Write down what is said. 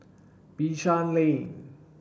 Bishan Lane